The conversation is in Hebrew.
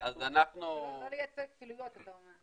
לייצר כפילויות, אתה אומר.